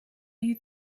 you